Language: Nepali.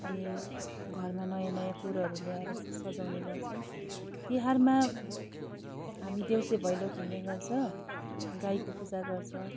अनि घरमा नयाँ नयाँ कुरोहरू ल्याएर सजाउने गर्छन् तिहारमा हामी देउसी भैलो खेल्ने गर्छ गाईको पूजा गर्छ